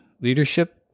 leadership